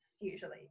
usually